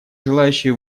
желающие